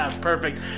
Perfect